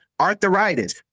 arthritis